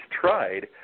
tried